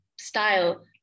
style